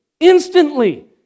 Instantly